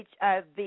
HIV